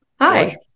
Hi